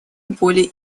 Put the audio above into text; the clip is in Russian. воли